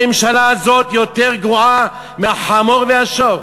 הממשלה הזאת יותר גרועה מהחמור ומהשור.